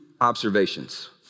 observations